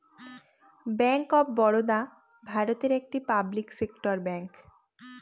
bank of Baroda ভারতের একটি public sector bank